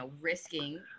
risking